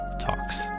Talks